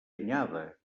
anyada